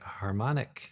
harmonic